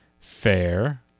Fair